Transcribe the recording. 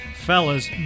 fellas